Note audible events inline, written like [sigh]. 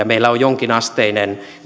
[unintelligible] meillä on jonkinasteinen